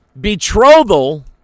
betrothal